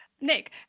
nick